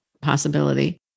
possibility